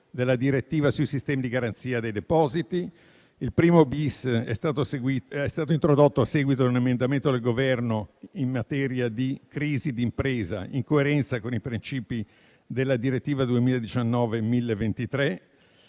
della direttiva sui sistemi di garanzia dei depositi. L'articolo 1-*bis* è stato introdotto a seguito di un emendamento del Governo in materia di crisi di impresa, in coerenza con i princìpi della direttiva UE 2019/1023.